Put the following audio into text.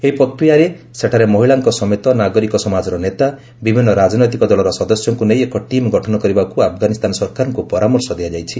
ଏହି ପ୍ରକ୍ରିୟାରେ ସେଠାରେ ମହିଳାଙ୍କ ସମେତ ନାଗରିକ ସମାଜର ନେତା ବିଭିନ୍ନ ରାଜନୈତିକ ଦଳର ସଦସ୍ୟଙ୍କୁ ନେଇ ଏକ ଟିମ୍ ଗଠନ କରିବାକୁ ଆଫଗାନିସ୍ଥାନ ସରକାରଙ୍କୁ ପରାମର୍ଶ ଦିଆଯାଇଛି